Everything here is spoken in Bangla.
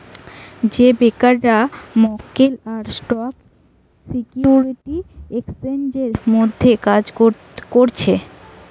যেই ব্রোকাররা মক্কেল আর স্টক সিকিউরিটি এক্সচেঞ্জের মধ্যে কাজ করছে